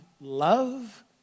love